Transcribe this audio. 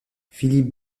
philippe